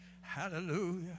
Hallelujah